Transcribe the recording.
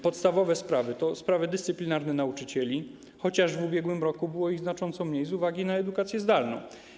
Podstawowe z nich to sprawy dyscyplinarne nauczycieli, chociaż w ubiegłym roku było ich znacząco mniej z uwagi na edukację zdalną.